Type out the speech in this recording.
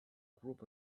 group